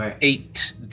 Eight